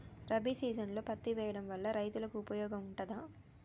రబీ సీజన్లో పత్తి వేయడం వల్ల రైతులకు ఉపయోగం ఉంటదా?